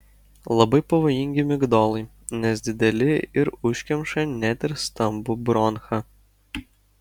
labai pavojingi migdolai nes dideli ir užkemša net ir stambų bronchą